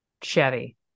Chevy